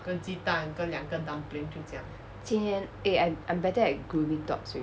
今天 eh I'm I'm better at grooming dogs